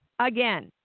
Again